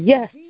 Yes